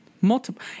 Multiple